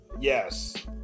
yes